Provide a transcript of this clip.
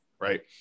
right